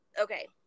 okay